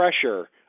pressure